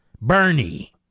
Bernie